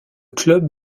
club